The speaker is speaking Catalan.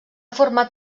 format